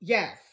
Yes